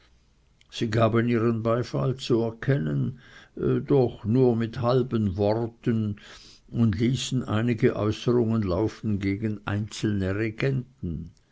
sie gaben ihren beifall zu erkennen doch nur mit halben worten und ließen einige äußerungen laufen gegen einzelne regenten